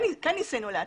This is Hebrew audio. כן ניסינו להציע.